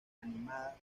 animada